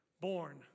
born